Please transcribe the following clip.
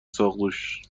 ساقدوش